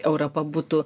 europa būtų